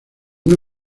una